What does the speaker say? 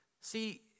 See